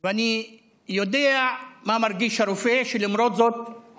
ואני יודע מה מרגיש הרופא שלמרות זאת הוא